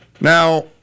Now